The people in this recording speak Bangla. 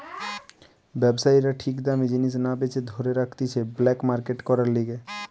ব্যবসায়ীরা ঠিক দামে জিনিস না বেচে ধরে রাখতিছে ব্ল্যাক মার্কেট করার লিগে